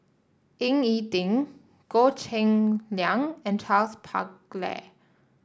Ying E Ding Goh Cheng Liang and Charles Paglar